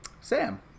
Sam